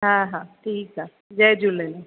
हा हा ठीकु आहे जय झूलेलाल